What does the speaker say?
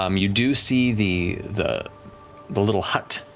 um you do see the the the little hut.